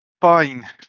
Fine